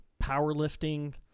powerlifting